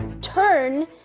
turn